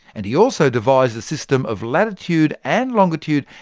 and he also devised a system of latitude and longitude,